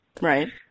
Right